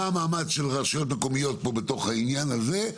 ומה המעמד של הרשויות המקומיות בתוך העניין הזה.